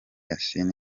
yasin